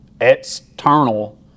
external